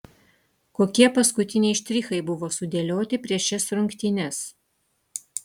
kokie paskutiniai štrichai buvo sudėlioti prieš šias rungtynes